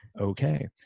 okay